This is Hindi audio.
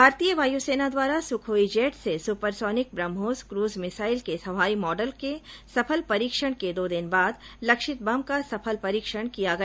भारतीय वायुसेना द्वारा सुखोई जेट से supersonic BrahMos cruise missile के हवाई मॉडल के सफल परीक्षण के दो दिन बाद लेक्षित बम का सफल परीक्षण किया गया